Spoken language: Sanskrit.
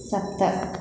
सप्त